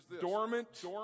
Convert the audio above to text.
Dormant